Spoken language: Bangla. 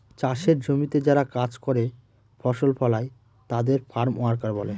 চাষের জমিতে যারা কাজ করে ফসল ফলায় তাদের ফার্ম ওয়ার্কার বলে